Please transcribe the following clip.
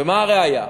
ומה הראיה?